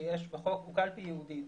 שיש בחוק הוא קלפי ייעודית